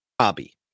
hobby